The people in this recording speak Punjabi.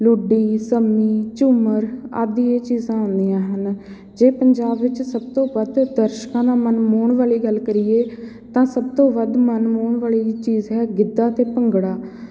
ਲੁੱਡੀ ਸੰਮੀ ਝੁੰਮਰ ਆਦਿ ਇਹ ਚੀਜ਼ਾਂ ਆਉਂਦੀਆਂ ਹਨ ਜੇ ਪੰਜਾਬ ਵਿੱਚ ਸਭ ਤੋਂ ਵੱਧ ਦਰਸ਼ਕਾਂ ਦਾ ਮਨ ਮੋਹਣ ਵਾਲੀ ਗੱਲ ਕਰੀਏ ਤਾਂ ਸਭ ਤੋਂ ਵੱਧ ਮਨ ਮੋਹਣ ਵਾਲੀ ਚੀਜ਼ ਹੈ ਗਿੱਧਾ ਅਤੇ ਭੰਗੜਾ